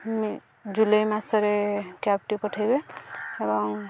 ଜୁଲାଇ ମାସରେ କ୍ୟାବ୍ଟି ପଠେଇବେ ଏବଂ